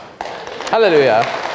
Hallelujah